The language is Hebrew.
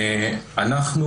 אנחנו